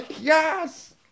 yes